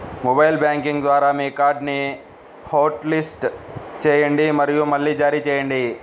mobile banking ద్వారా మీ కార్డ్ని హాట్లిస్ట్ చేయండి మరియు మళ్లీ జారీ చేయండి